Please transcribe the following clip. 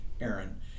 Aaron